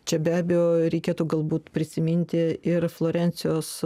čia be abejo reikėtų galbūt prisiminti ir florencijos